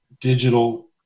digital